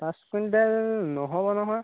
পাঁচ কুইণ্টেল নহ'ব নহয়